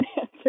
answer